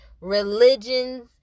religions